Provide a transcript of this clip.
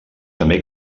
també